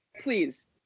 please